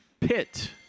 Pitt